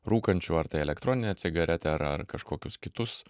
rūkančių ar tai elektroninę cigaretę ar ar kažkokius kitus